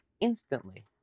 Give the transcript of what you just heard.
instantly